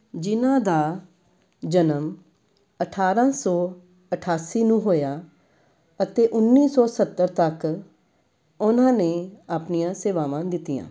ਜਿਨ੍ਹਾਂ ਦਾ ਜਨਮ ਅਠਾਰਾਂ ਸੌ ਅਠਾਸੀ ਨੂੰ ਹੋਇਆ ਅਤੇ ਉੱਨੀ ਸੌ ਸੱਤਰ ਤੱਕ ਉਹਨਾਂ ਨੇ ਆਪਣੀਆਂ ਸੇਵਾਵਾਂ ਦਿੱਤੀਆਂ